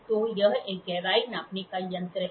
तो यह एक गहराई नापने का यंत्र है